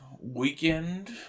Weekend